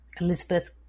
Elizabeth